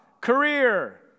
career